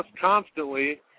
constantly